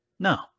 No